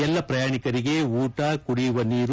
ಎಲ್ಲಾ ಪ್ರಯಾಣಿಕರಿಗೆ ಉಟ ಕುಡಿಯುವ ನೀರು